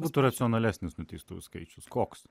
būtų racionalesnis nuteistųjų skaičius koks